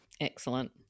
Excellent